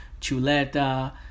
chuleta